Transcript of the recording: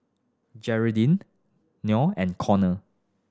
Geraldine Noe and Conor